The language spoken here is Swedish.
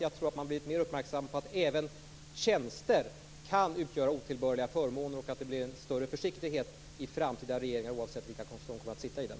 Jag tror att man har blivit mer uppmärksam på att även tjänster kan utgöra otillbörliga förmåner och att det blir en större försiktighet i framtida regeringar, oavsett vilka som kommer att sitta i dem.